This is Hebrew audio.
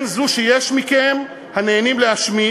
כן, זו שיש מכם הנהנים להשמיץ,